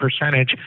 percentage